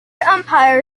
umpire